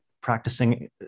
practicing